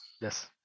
Yes